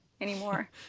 anymore